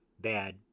bad